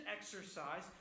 exercise